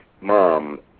mom